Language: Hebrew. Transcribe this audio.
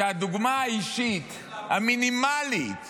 שהדוגמה האישית המינימלית